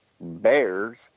Bears